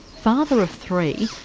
father of three,